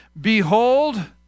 Behold